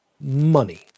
money